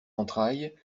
entrailles